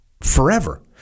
forever